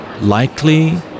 likely